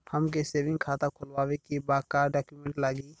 हमके सेविंग खाता खोलवावे के बा का डॉक्यूमेंट लागी?